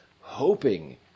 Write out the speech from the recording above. hoping